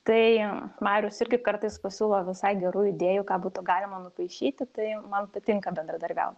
tai marius irgi kartais pasiūlo visai gerų idėjų ką būtų galima nupaišyti tai man patinka bendradarbiaut